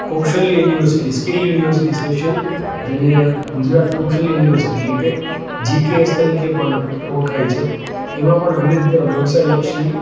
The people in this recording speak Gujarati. કૌશલ્ય યુનિવર્સિટી સ્કિલ યુનિવર્સિટી સ્પેશ્યલ જેને ગુજરાત કૌશલ્ય દિવસ એટલે કે જીકેએસ તરીકે પણ ઓળખાય છે એમાં પણ વિવિધ વ્યવસાયલક્ષી